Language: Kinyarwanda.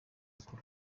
bikorwa